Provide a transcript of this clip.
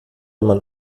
man